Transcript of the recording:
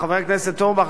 חבר הכנסת אורבך,